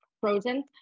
frozen